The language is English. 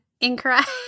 incorrect